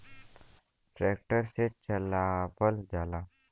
tractor से चलावल जाला